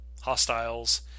hostiles